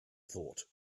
thought